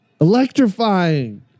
Electrifying